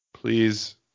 Please